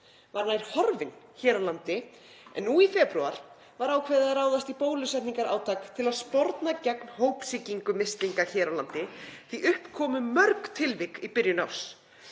var nær horfinn hér á landi en nú í febrúar var ákveðið að ráðast í bólusetningarátak til að sporna gegn hópsýkingu mislinga hér á landi því að upp komu mörg tilvik í byrjun árs.